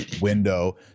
window